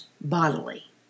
bodily